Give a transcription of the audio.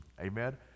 Amen